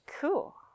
cool